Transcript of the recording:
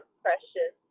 precious